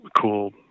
cool